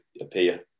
appear